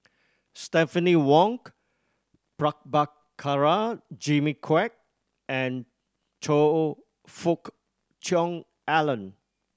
Stephanie Jimmy Quek and Choe Fook Cheong Alan